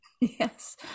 Yes